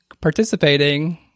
participating